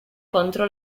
contro